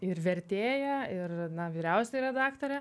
ir vertėja ir na vyriausioji redaktorė